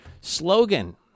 Slogan